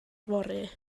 fory